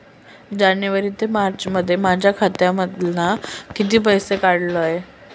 जानेवारी ते मार्चमध्ये माझ्या खात्यामधना किती पैसे काढलय?